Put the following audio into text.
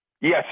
Yes